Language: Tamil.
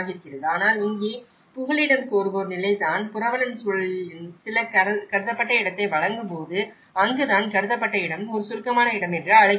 ஆனால் இங்கே புகலிடம் கோருவோர் நிலைதான் புரவலன் சூழலில் சில கருதப்பட்ட இடத்தை வழங்கும்போது அங்குதான் கருதப்பட்ட இடம் ஒரு சுருக்கமான இடம் என்று அழைக்கப்படுகிறது